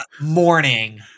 morning